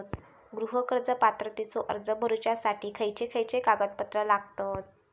गृह कर्ज पात्रतेचो अर्ज भरुच्यासाठी खयचे खयचे कागदपत्र लागतत?